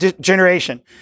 generation